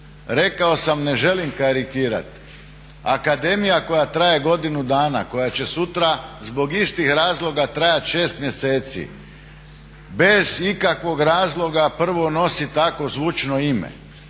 Rekao sam ne želim karikirati, akademija koja traje godinu dana, koja će sutra zbog istih razloga trajati 6 mjeseci bez ikakvog razloga prvo nosi tako zvučno ime,